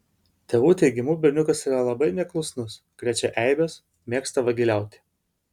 tėvų teigimu berniukas yra labai neklusnus krečia eibes mėgsta vagiliauti